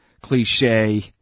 cliche